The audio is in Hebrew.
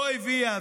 לא הביאה.